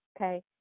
okay